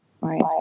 Right